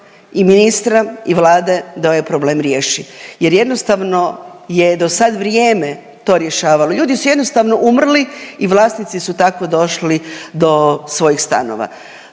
i ministra i Vlade da ovaj problem riješi jer jednostavno je dosad vrijeme to rješavalo. Ljudi su jednostavno umrli i vlasnici su tako došli do svojih stanova.